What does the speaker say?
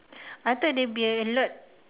I thought there will be a lot